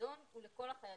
הפיקדון הוא לכל החיילים.